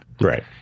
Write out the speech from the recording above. Right